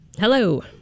hello